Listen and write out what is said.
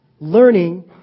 Learning